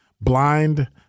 Blind